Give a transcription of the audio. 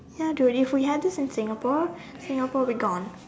ya dude if we had this in Singapore Singapore would be gone